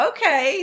Okay